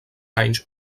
anys